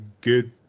good